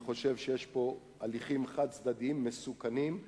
אני חושב שיש פה הליכים חד-צדדיים מסוכנים.